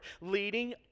leading